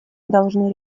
должны